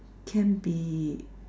can be